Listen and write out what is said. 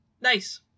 Nice